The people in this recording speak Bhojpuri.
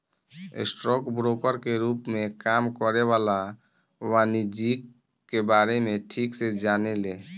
स्टॉक ब्रोकर के रूप में काम करे वाला वाणिज्यिक के बारे में ठीक से जाने ले